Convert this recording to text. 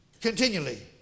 continually